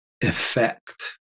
effect